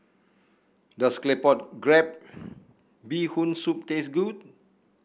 does Claypot Crab Bee Hoon Soup taste good